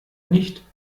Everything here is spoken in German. nicht